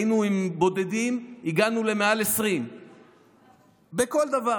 היינו עם בודדים, הגענו למעל 20. בכל דבר.